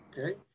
okay